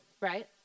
Right